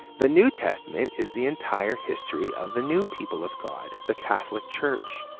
the new testament is the entire history of the new people of god, the catholic church.